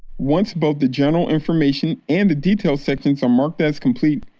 once both the general information and the details sections are marked as complete,